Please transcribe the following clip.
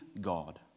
God